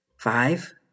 Five